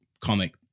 comic